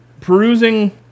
perusing